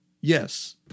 yes